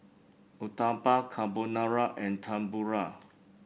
Uthapam Carbonara and Tempura